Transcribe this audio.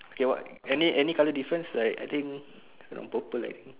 okay [what] any any colour difference like I think like purple like